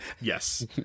Yes